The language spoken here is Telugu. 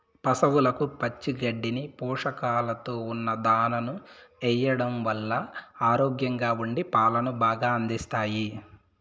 పసవులకు పచ్చి గడ్డిని, పోషకాలతో ఉన్న దానాను ఎయ్యడం వల్ల ఆరోగ్యంగా ఉండి పాలను బాగా అందిస్తాయి